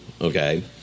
okay